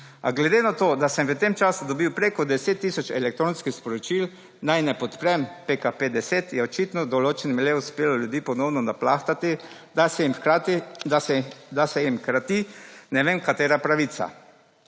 glede na to, da sem v tem času dobili preko 10 tisoč elektronskih sporočil naj ne podprem PKP-10 je očitno določenim le uspelo ljudi ponovno naplahtati, da se jim krati ne vem katera pravica.